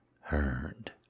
Heard